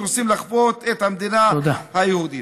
רוצים לכפות את המדינה היהודית.